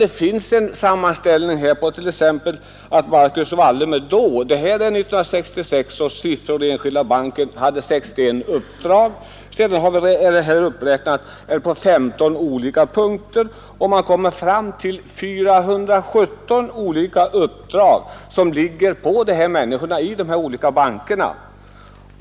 Det finns t.ex. en sammanfattning som visar att Marcus Wallenberg då — det är 1966 års siffror — hade 61 uppdrag. Sedan är det uppräknat på 15 olika punkter, och man kommer fram till att 417 olika uppdrag innehas av de här människorna i de olika bankerna.